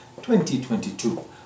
2022